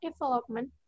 development